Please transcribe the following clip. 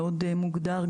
מאוד מוגדר,